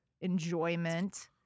enjoyment